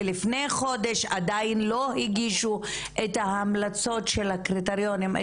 ולפני חודש עדיין לא הגישו את ההמלצות של הקריטריונים.